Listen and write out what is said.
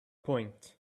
point